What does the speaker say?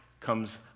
comes